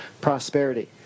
prosperity